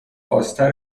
آستر